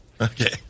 Okay